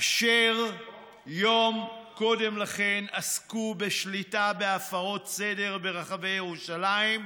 אשר יום קודם לכן עסקו בשליטה בהפרות סדר ברחבי ירושלים,